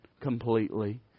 completely